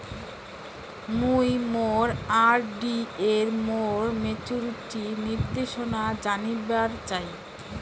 মুই মোর আর.ডি এর মোর মেচুরিটির নির্দেশনা জানিবার চাই